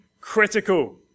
critical